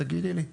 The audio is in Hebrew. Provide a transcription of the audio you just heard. תגידי לי.